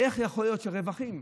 איך יכול להיות שהרווחים,